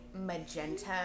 magenta